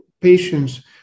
patients